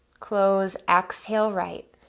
close, exhale right.